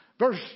Verse